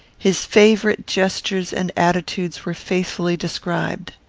his favourite gestures and attitudes were faithfully described.